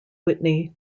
whitney